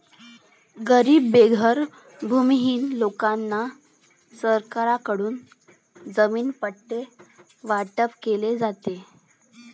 गरीब बेघर भूमिहीन लोकांना सरकारकडून जमीन पट्टे वाटप केले जाते